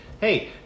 hey